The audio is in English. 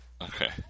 okay